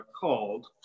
called